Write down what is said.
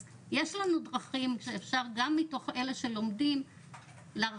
אז יש לנו דרכים שאפשר גם מתוך אלה שלומדים להרחיב,